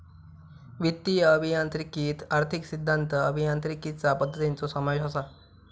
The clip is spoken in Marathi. वित्तीय अभियांत्रिकीत आर्थिक सिद्धांत, अभियांत्रिकीचा पद्धतींचो समावेश असा